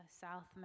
South